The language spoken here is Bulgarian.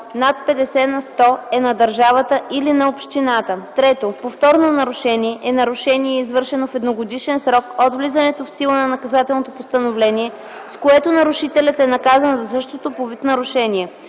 над 50 на сто е на държавата или на общината. 3. „Повторно нарушение” е нарушение, извършено в едногодишен срок от влизането в сила на наказателното постановление, с което нарушителят е наказан за същото по вид нарушение.